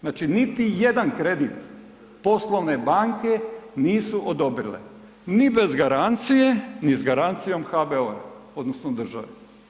Znači niti jedan kredit poslovne banke nisu odobrile ni bez garancije ni s garancijom HBOR-a odnosno države.